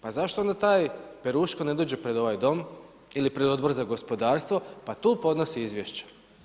Pa zašto onda taj Peruško ne dođe pred ovaj Dom ili pred Odbor za gospodarstvo pa tu podnosi izvješća?